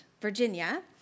Virginia